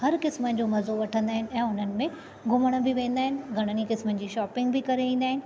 हर क़िस्मनि जो मज़ो वठंदा आहिनि ऐं हुननि में घुमण बि वेंदा आहिनि घणनि ई क़िस्मनि जी शॉपिंग बि करे ईंदा आहिनि